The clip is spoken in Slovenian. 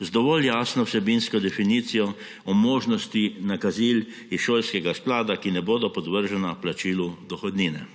z dovolj jasno vsebinsko definicijo o možnosti nakazil iz šolskega sklada, ki ne bodo podvržena plačilu dohodnine.